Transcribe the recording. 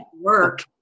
work